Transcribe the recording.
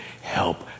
help